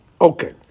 Okay